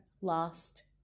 lost